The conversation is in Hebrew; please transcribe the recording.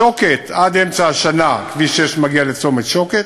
שוקת, עד אמצע השנה כביש 6 מגיע לצומת שוקת,